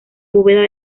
bóveda